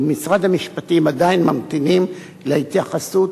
ובמשרד המשפטים עדיין ממתינים להתייחסות